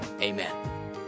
amen